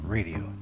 Radio